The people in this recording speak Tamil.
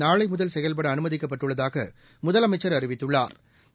நாளைமுதல் செயல்பட அனுமதிக்கப்பட்டுள்ளதாகமுதலமைச்சா் அறிவித்துள்ளாா்